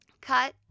cut